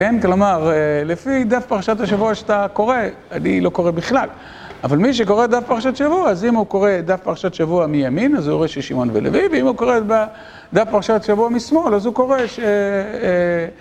כן? כלומר, לפי דף פרשת השבוע שאתה קורא, אני לא קורא בכלל. אבל מי שקורא דף פרשת שבוע, אז אם הוא קורא דף פרשת שבוע מימין, אז הוא ראה ששמעון ולוי. ואם הוא קורא דף פרשת שבוע משמאל, אז הוא קורא ש...